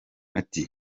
ati